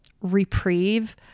reprieve